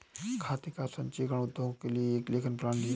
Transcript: खाते का संचीकरण उद्योगों के लिए एक लेखन प्रणाली है